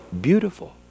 beautiful